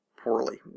Poorly